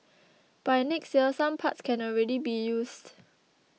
by next year some parts can already be used